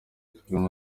kagame